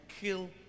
kill